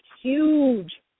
huge